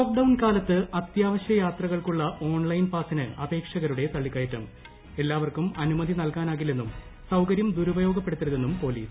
lockdown കാലത്ത് അത്യാവശ്യൂ യ്ാത്രക്കൾക്കുള്ള ഓൺലൈൻ പാസിന് അപേക്ഷകരുടെ ്തള്ളിക്കയറ്റം എല്ലാവർക്കും അനുമതി നൽക്കാന്റാക്കില്ലെന്നും സൌകര്യം ദുരുപയോഗപ്പെടുത്തരുതെന്നുും പോലീസ്